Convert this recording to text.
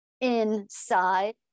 inside